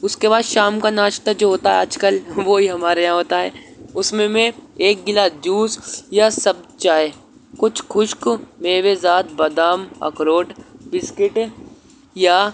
اس کے بعد شام کا ناشتہ جو ہوتا ہے آج کل وہی ہمارے یہاں ہوتا ہے اس میں میں ایک گلاس جوس یا سبز چائے کچھ خشک میوے ذات بادام اخروٹ بسکٹ یا